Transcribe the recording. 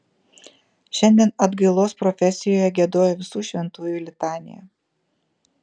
šiandien atgailos profesijoje giedojo visų šventųjų litaniją